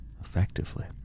effectively